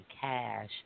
Cash